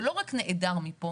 זה לא רק נעדר מפה.